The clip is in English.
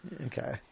Okay